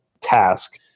task